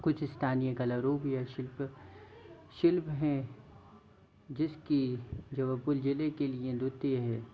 कुछ स्थानीय कलारूप शिल्प शिल्प हैं जिसकी जबलपुर जिले के लिए अद्वितीय है